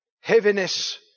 heaviness